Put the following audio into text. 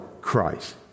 Christ